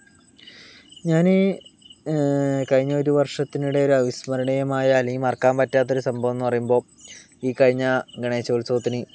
ഞാന് കഴിഞ്ഞ ഒരു വർഷത്തിനിടയില് അവിസ്മരണീയമായ അല്ലെങ്കിൽ മറക്കാൻ പറ്റാത്ത ഒരു സംഭവം എന്ന് പറയുമ്പം ഈ കഴിഞ്ഞ ഗണേശ ഉത്സവത്തിന്